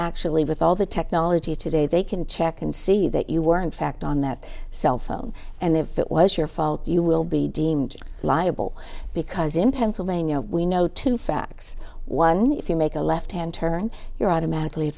actually with all the technology today they can check and see that you were in fact on that cell phone and if it was your fault you will be deemed liable because in pennsylvania we know two facts one if you make a left hand turn you're automatically